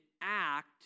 act